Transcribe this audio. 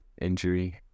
injury